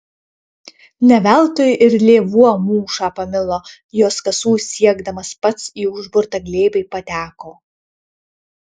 ne veltui ir lėvuo mūšą pamilo jos kasų siekdamas pats į užburtą glėbį pateko